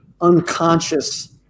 unconscious